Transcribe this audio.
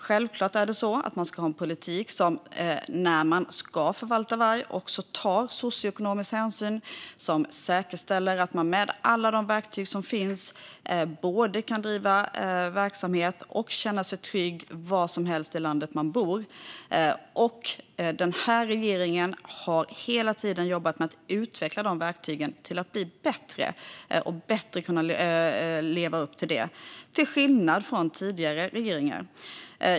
När man ska förvalta varg ska man självklart ha en politik som också tar socioekonomisk hänsyn och som med alla de verktyg som finns säkerställer att människor både kan driva verksamhet och känna sig trygga varhelst i landet de bor. Denna regering har, till skillnad från tidigare regeringar, hela tiden jobbat med att utveckla verktygen så att de blir bättre och så att vi bättre ska kunna leva upp till detta.